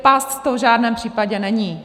Past to v žádném případě není.